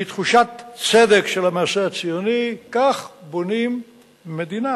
בתחושת צדק של המעשה הציוני, כך בונים מדינה.